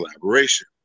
collaboration